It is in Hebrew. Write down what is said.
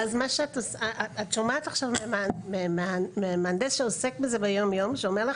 את שומעת עכשיו מהנדס שעוסק בזה שאומר לך